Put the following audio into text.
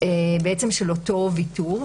של אותו ויתור.